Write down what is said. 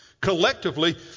Collectively